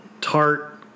tart